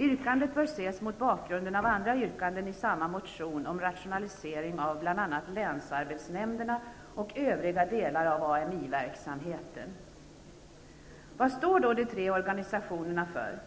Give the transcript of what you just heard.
Yrkandet bör ses mot bakgrunden av andra yrkanden i samma motion om rationalisering av bl.a. länsarbetsnämnderna och övriga delar av Vad står då de tre organisationerna för?